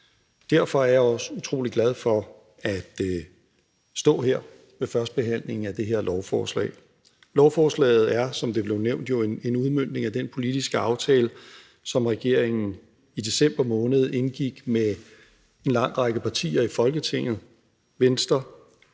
Derfor er jeg også utrolig glad for at stå her ved førstebehandlingen af det her lovforslag. Lovforslaget er, som det blev nævnt, jo en udmøntning af den politiske aftale, som regeringen i december måned indgik med en lang række partier i Folketinget: Venstre,